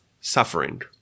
suffering